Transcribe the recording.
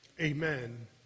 Amen